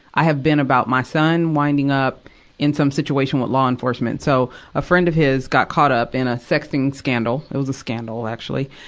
i have been about my son winding up in some situation with law enforcement. so, a friend of his got caught up in a sexting scandal it was a scandal, actually.